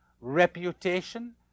reputation